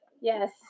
Yes